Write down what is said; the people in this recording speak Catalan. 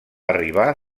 arribar